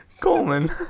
Coleman